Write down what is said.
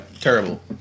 terrible